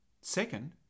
Second